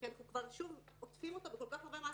כי אנחנו כבר שוב עוטפים אותו בכל כך הרבה מעטפות,